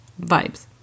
vibes